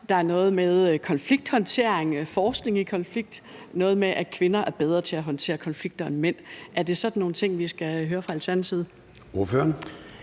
der er noget med konflikthåndtering og forskning i konflikt – noget med, at kvinder er bedre til at håndtere konflikter end mænd. Er det sådan nogle ting, vi skal høre fra Alternativet?